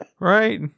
Right